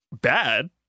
Bad